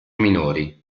minori